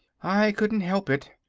i couldn't help it,